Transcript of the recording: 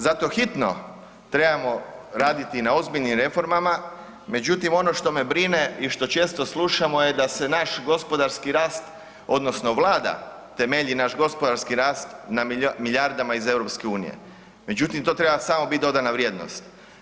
Zato hitno trebamo raditi na ozbiljnim reformama, međutim ono što me brine i što često slušamo da se naš gospodarski rast odnosno Vlada temelji naš gospodarski rast na milijardama iz EU, međutim to samo treba biti dodana vrijednost.